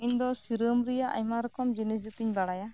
ᱤᱧ ᱫᱚ ᱥᱤᱨᱚᱢ ᱨᱮᱭᱟᱜ ᱟᱭᱢᱟ ᱨᱚᱠᱚᱢ ᱡᱤᱱᱤᱥ ᱡᱩᱛᱤᱧ ᱵᱟᱲᱟᱭᱟ